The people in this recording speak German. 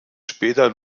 später